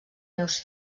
meus